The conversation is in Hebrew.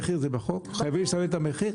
חייבים לסמן את המחיר?